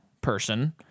person